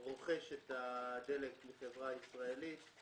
רוכש את הדלק מחברה ישראלית.